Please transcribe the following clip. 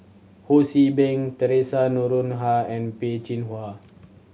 Ho See Beng Theresa Noronha and Peh Chin Hua